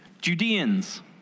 Judeans